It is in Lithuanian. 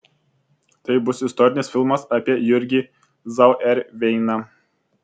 tai bus istorinis filmas apie jurgį zauerveiną